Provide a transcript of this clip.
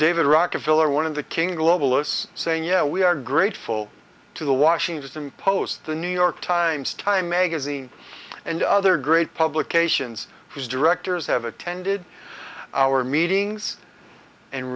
david rockefeller one of the king globalists saying yeah we are grateful to the washington post the new york times time magazine and other great publications whose directors have attended our meetings and